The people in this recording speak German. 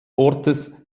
ortes